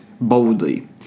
boldly